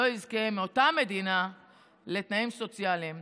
לא יזכה מאותה מדינה לתנאים סוציאליים.